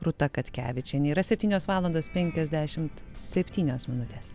rūta katkevičienė yra septynios valandos penkiasdešimt septynios minutės